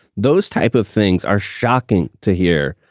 those type of things are shocking to hear.